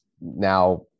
now